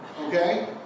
Okay